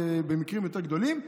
במקרים יותר גדולים,